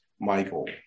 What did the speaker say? Michael